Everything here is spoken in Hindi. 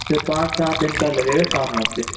सर पाँच सात दिन तक लगेगा काम आपके